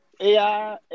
AI